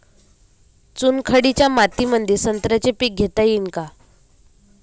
चुनखडीच्या मातीमंदी संत्र्याचे पीक घेता येईन का?